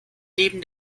neben